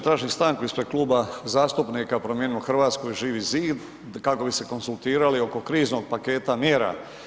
Tražim stanku ispred Kluba zastupnika Promijenimo Hrvatsku i Živi zid kako bi se konzultirali oko kriznog paketa mjera.